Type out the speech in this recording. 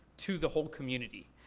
to the whole community.